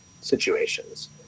situations